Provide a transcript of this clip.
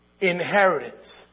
inheritance